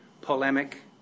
polemic